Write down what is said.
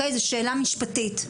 זו שאלה משפטית.